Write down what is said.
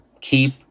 keep